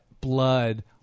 blood